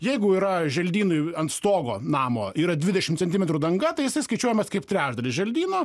jeigu yra želdynų ant stogo namo yra dvidešim centimetrų danga tai jisai skaičiuojamas kaip trečdalis želdyno